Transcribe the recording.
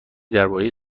درباره